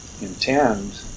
intend